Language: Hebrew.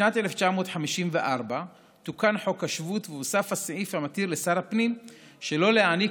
בשנת 1954 תוקן חוק השבות והוסף הסעיף המתיר לשר הפנים שלא להעניק